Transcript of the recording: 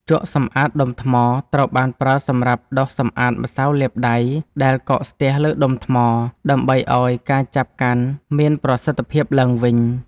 ជក់សម្អាតដុំថ្ម ត្រូវបានប្រើសម្រាប់ដុសសម្អាតម្សៅលាបដៃ ដែលកកស្ទះលើដុំថ្ម ដើម្បីឱ្យការចាប់កាន់មានប្រសិទ្ធភាពឡើងវិញ។